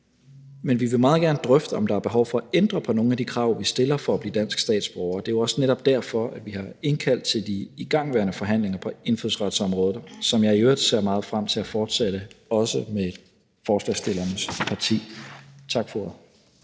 Men vi vil meget gerne drøfte, om der er behov for at ændre på nogle af de krav, vi stiller, for at blive dansk statsborger. Det er netop derfor, vi har indkaldt til de igangværende forhandlinger på indfødsretsområdet, som jeg i øvrigt ser meget frem til at fortsætte, også med forslagsstillernes parti. Tak for